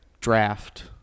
draft